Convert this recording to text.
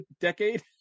decade